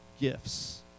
gifts